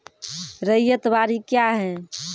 रैयत बाड़ी क्या हैं?